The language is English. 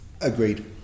Agreed